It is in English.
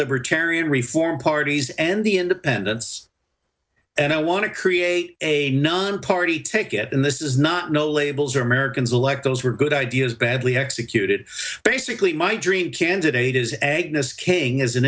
libertarian reform parties and the independents and i want to create a nonparty take it in this is not no labels or americans elect those were good ideas badly executed basically my dream candidate is egnos king as an